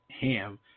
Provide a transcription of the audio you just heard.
ham